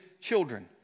children